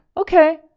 okay